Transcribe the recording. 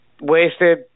Wasted